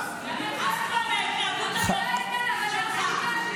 נמאס כבר מההתנהגות הזאת שלך.